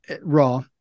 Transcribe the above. raw